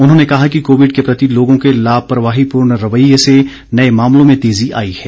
उन्होंने कहा कि कोविड के प्रति लोगों के लापरवाहीपूर्ण रवैये से नये मामलों में तेजी आई है